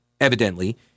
evidently